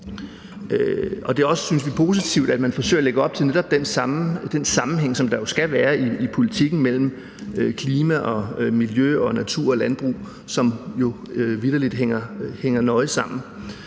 synes vi, positivt, at man forsøger at lægge op til netop den sammenhæng, som der jo skal være i politikken mellem klima og miljø og natur og landbrug, som jo vitterlig hænger nøje sammen.